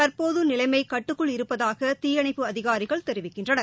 தற்போது நிலைமை கட்டுக்குள் இருப்பதாக தீயணைப்பு அதிகாரிகள் தெரிவிக்கின்றனர்